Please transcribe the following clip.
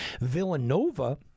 Villanova